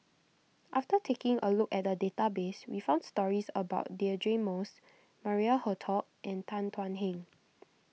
after taking a look at the database we found stories about Deirdre Moss Maria Hertogh and Tan Thuan Heng